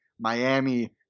Miami